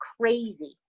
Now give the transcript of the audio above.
crazy